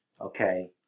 Okay